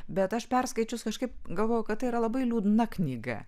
bet aš perskaičius kažkaip galvoju kad tai yra labai liūdna knyga